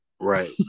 Right